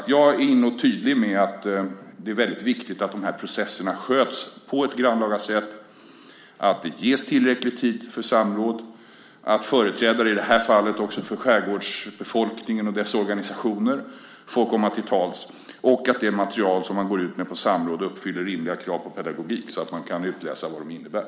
Jag är tydlig med att det är väldigt viktigt att de här processerna sköts på ett grannlaga sätt, att det ges tillräcklig tid för samråd, att företrädare i det här fallet också för skärgårdsbefolkningen och dess organisationer får komma till tals och att det material som man går ut med på samråd uppfyller rimliga krav på pedagogik så att man kan utläsa vad det innebär.